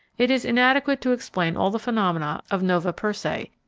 it is inadequate to explain all the phenomena of nova persei,